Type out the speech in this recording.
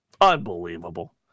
Unbelievable